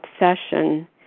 obsession